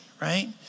right